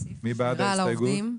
מי בעד ההסתייגות?